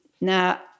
Now